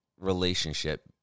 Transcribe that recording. relationship